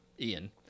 Ian